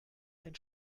ein